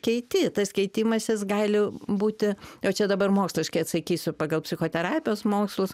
keiti tas keitimas jis gali būti jau čia dabar moksliškai atsakysiu pagal psichoterapijos mokslus